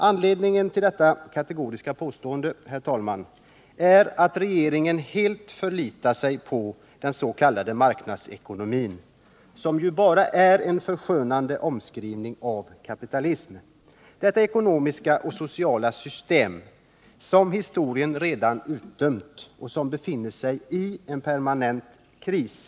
Anledningen till detta kategoriska påstående, herr talman, är att regeringen helt förlitar sig på den s.k. marknadsekonomin, vilket ju bara är en förskönande omskrivning för kapitalismen — detta ekonomiska och sociala system som historien redan utdömt och som befinner sig i en permanent kris.